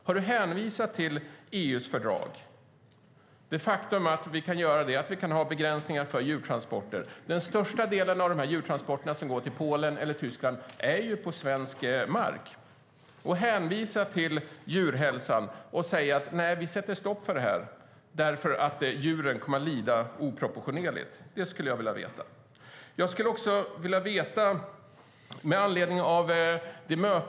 Har du hänvisat till EU:s fördrag? Det är ett faktum att vi kan göra det och att vi kan ha begränsningar för djurtransporter. Den största delen av de djurtransporter som går till Polen eller Tyskland sker på svensk mark. Vi kan hänvisa till djurhälsan och säga: Vi sätter stopp för detta eftersom djuren kommer att lida oproportionerligt mycket! Jag skulle vilja veta om du har gjort det.